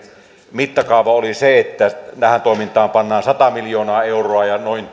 mittakaava oli se että tähän toimintaan pantiin sata miljoonaa euroa ja noin